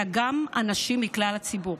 אלא גם אנשים מכלל הציבור.